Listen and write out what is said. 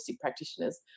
practitioners